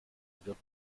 wird